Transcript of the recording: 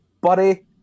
Buddy